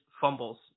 fumbles